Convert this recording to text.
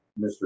Mr